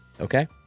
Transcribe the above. Okay